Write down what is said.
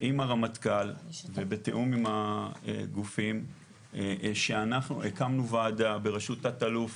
עם הרמטכ"ל ובתיאום עם הגופים שאנחנו הקמנו ועדה בראשות תת-אלוף